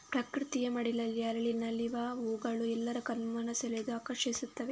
ಪ್ರಕೃತಿಯ ಮಡಿಲಲ್ಲಿ ಅರಳಿ ನಲಿವ ಹೂಗಳು ಎಲ್ಲರ ಕಣ್ಮನ ಸೆಳೆದು ಆಕರ್ಷಿಸ್ತವೆ